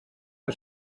que